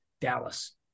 Dallas